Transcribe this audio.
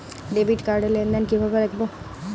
Debit card র লেনদেন কিভাবে দেখবো?